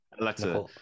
Alexa